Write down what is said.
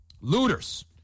looters